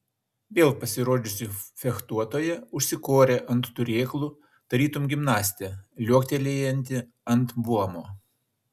vėl pasirodžiusi fechtuotoja užsikorė ant turėklų tarytum gimnastė liuoktelėjanti ant buomo